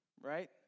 right